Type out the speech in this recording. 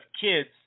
kids